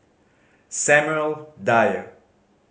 Samuel Dyer